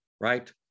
right